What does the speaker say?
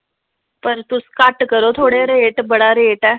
पर तुस घट्ट करो थोह्ड़े रेट बड़ा रेट ऐ